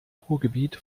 ruhrgebiet